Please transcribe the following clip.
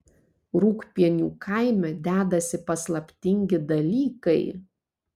rūgpienių kaime dedasi paslaptingi dalykai